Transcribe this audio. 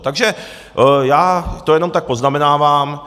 Takže to já jenom tak poznamenávám.